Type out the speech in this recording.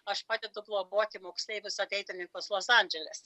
aš padedu globoti moksleivius ateitininkus los andželes